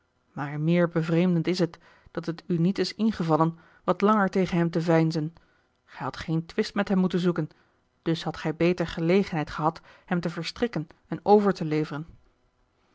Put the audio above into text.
maar meer bevreemdend is het dat het u niet is ingevallen wat langer tegen hem te veinzen gij hadt geen twist met hem moeten zoeken dus hadt gij beter gelegenheid gehad hem te verstrikken en over te leveren